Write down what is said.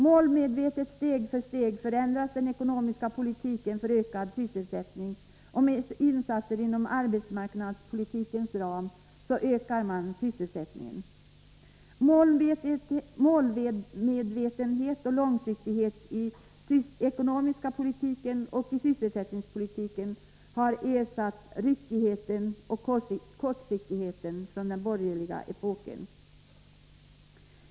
Målmedvetet, steg för steg, förändras den ekonomiska politiken för ökad sysselsättning, och med insatser inom arbetsmarknadspolitikens ram ökar man sysselsättningen. Målmedvetenhet och långsiktighet i den ekonomiska politiken och i sysselsättningspolitiken har ersatt ryckigheten och kortsiktigheten från den borgerliga epoken.